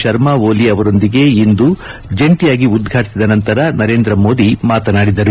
ಶರ್ಮಾಓಲಿ ಅವರೊಂದಿಗೆ ಇಂದು ಜಂಟಿಯಾಗಿ ಉದ್ವಾಟಿಸಿದ ನಂತರ ನರೇಂದ್ರಮೋದಿ ಮಾತನಾಡಿದರು